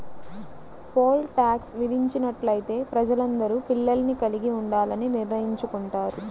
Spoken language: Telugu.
పోల్ టాక్స్ విధించినట్లయితే ప్రజలందరూ పిల్లల్ని కలిగి ఉండాలని నిర్ణయించుకుంటారు